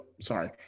Sorry